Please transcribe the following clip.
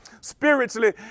spiritually